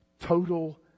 Total